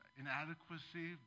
inadequacy